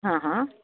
ହଁ ହଁ